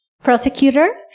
prosecutor